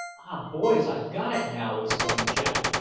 ah, boys, i've got it now! exclaimed jack,